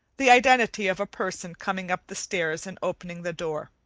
the identity of a person coming up the steps and opening the door.